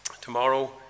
tomorrow